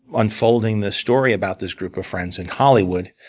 unfolding the story about this group of friends in hollywood,